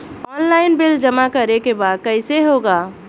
Online bill जमा करे के बा कईसे होगा?